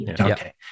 Okay